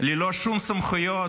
ללא שום סמכויות?